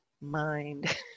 mind